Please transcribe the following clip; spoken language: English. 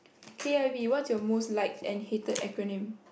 K I V whats your most liked and hated acronym